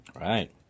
Right